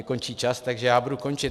Končí mi čas, takže budu končit.